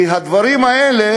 שהדברים האלה,